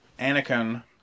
Anakin